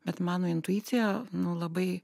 bet mano intuicija labai